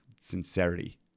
sincerity